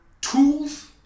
tools